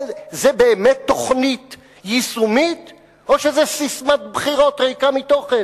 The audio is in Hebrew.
זה באמת תוכנית יישומית או שזה ססמת בחירות ריקה מתוכן?